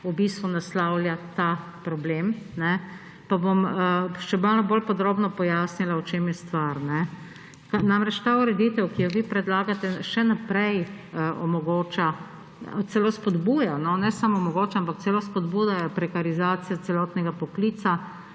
v bistvu naslavlja ta problem. Pa bom še malo bolj podrobno pojasnila, v čem je stvar. Ta ureditev, ki jo vi predlagate, še naprej omogoča, celo spodbuja, ne samo omogoča, ampak celo spodbuja prekarizacijo celotnega poklica;